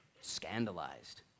scandalized